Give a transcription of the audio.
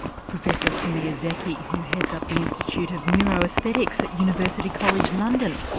professor semir zeki, who heads up the institute of neuroesthetics at university college, london.